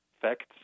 facts